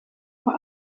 vor